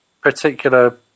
particular